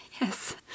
Yes